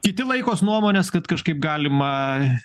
kiti laikos nuomonės kad kažkaip galima